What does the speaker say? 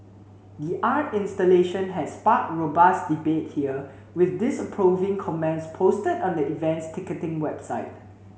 the art installation had sparked robust debate here with disapproving comments posted on the event's ticketing website